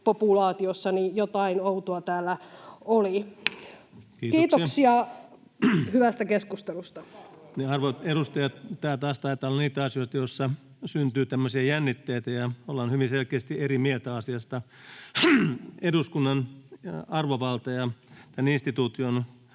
susivahinkojen estäminen Time: 17:58 Content: Arvoisat edustajat! Tämä taas taitaa olla niitä asioita, joissa syntyy tämmöisiä jännitteitä ja ollaan hyvin selkeästi eri mieltä asiasta. Eduskunnan arvovalta ja tämän instituution